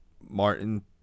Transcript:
Martin